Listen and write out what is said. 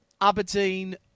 Aberdeen